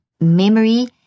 memory